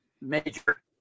major